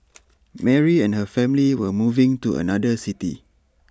Mary and her family were moving to another city